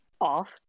off